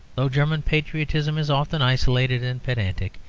though german patriotism is often isolated and pedantic,